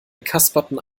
kasperten